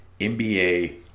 NBA